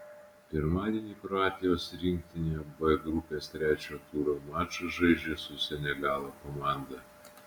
pirmadienį kroatijos rinktinė b grupės trečio turo mačą žaidžia su senegalo komanda